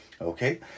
Okay